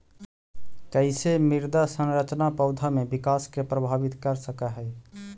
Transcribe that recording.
कईसे मृदा संरचना पौधा में विकास के प्रभावित कर सक हई?